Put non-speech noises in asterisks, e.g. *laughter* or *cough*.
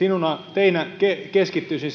teinä keskittyisin *unintelligible*